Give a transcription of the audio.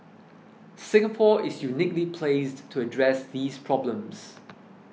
Singapore is uniquely placed to address these problems